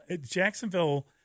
Jacksonville